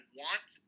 want